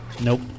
Nope